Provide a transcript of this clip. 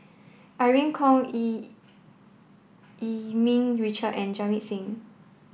Irene Khong Yee Yee Ming Richard and Jamit Singh